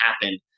happen